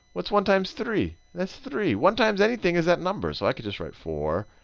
what's one times three? that's three. one times anything is that number, so i can just write four,